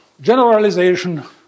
generalization